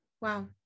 Wow